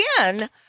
again